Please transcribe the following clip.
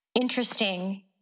interesting